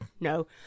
No